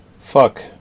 fuck